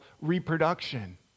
reproduction